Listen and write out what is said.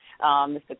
Mr